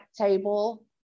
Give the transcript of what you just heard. table